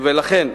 ולכן,